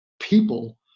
people